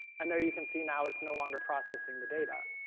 and there you can see now it's no longer processing the data.